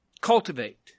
Cultivate